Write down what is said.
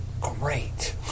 great